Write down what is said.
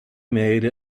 made